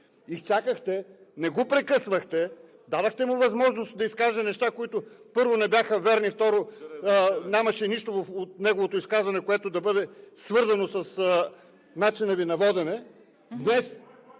Изчакахте, не го прекъсвахте, дадохте му възможност да изкаже неща, които, първо, не бяха верни, второ, нямаше нищо от неговото изказване, което да бъде свързано с начина Ви на водене.